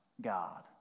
God